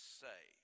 say